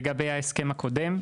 לגבי ההסכם הקודם.